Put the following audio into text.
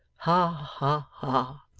ha, ha, ha